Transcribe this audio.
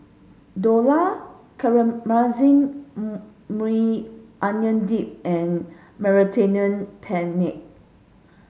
Dhokla Maui Onion Dip and Penne